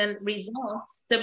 results